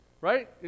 right